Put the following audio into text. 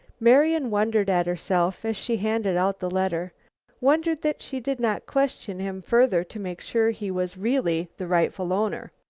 marian wondered at herself, as she handed out the letter wondered that she did not question him further to make sure he was really the rightful owner.